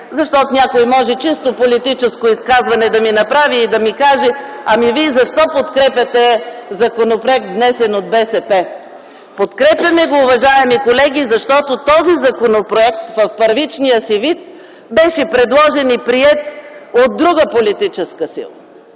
защото някой може да ми направи чисто политическо изказване и да ми каже: ами вие защо подкрепяте законопроект, внесен от БСП? Подкрепяме го, уважаеми колеги, защото този законопроект в първичния си вид беше предложен и приет от друга политическа сила.